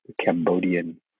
Cambodian